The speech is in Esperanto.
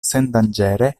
sendanĝere